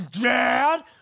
Dad